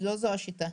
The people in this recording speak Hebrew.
לא זו השיטה,